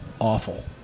awful